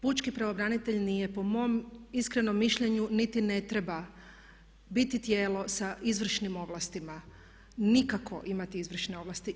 Pučki pravobranitelj nije po mom iskrenom mišljenju, niti ne treba biti tijelo sa izvršnim ovlastima, nikako imati izvršne ovlasti.